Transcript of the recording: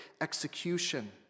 execution